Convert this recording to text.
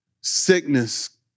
sickness